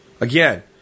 again